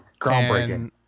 Groundbreaking